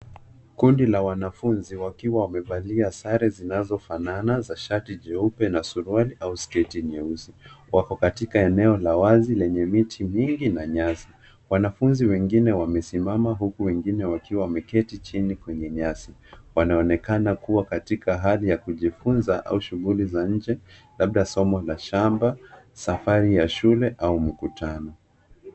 Kundi la wanafunzi wakiwa wamevalia sare zinazofanana za shati jeupe na suruali au sketi nyeusi. Wako katika eneo la wazi lenye miti mingi na nyasi. Wanafunzi wengine wamesimama huku wengine wakiwa wameketi chini kwenye nyasi. Wanaonekana kuwa katika hali ya kujifunza au shughuli za nje labda somo la shamba, safari ya shule au mkutano.